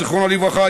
זיכרונו לברכה,